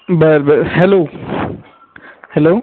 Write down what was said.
बरं बरं hello hello